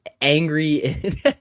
Angry